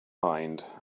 mind